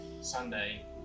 Sunday